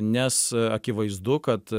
nes akivaizdu kad